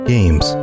Games